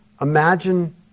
imagine